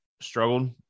struggled